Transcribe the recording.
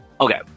Okay